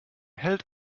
hält